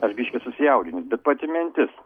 aš biškį susijaudinęs bet pati mintis